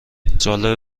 جالبه